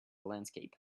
landscape